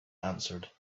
answered